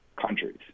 countries